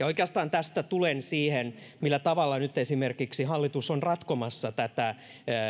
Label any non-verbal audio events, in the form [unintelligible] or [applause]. [unintelligible] oikeastaan tästä tulen siihen millä tavalla nyt esimerkiksi hallitus on ratkomassa tätä